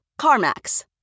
CarMax